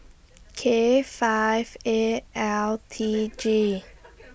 K five eight L T G